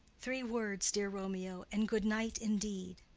three words, dear romeo, and good night indeed.